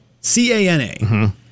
C-A-N-A